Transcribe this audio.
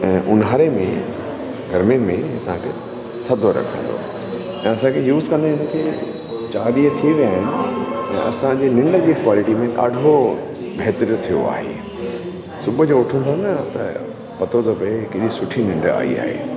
ऐं ऊन्हारे में गर्मियुनि में तव्हां खे थधो रखंदो ऐं असांखे यूस कंदे इनखे चार ॾींहं थी विया आहिनि असांजी निंढ जी क्वालिटी में ॾाढो बहितर थियो आहे सुबुह जो उठूं था न त पतो थो पए केॾी सुठी निंढ आयी आहे